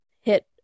hit